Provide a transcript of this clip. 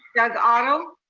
doug otto.